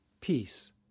peace